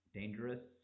dangerous